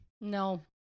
No